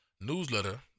newsletter